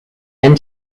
and